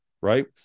right